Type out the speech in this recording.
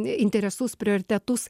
interesus prioritetus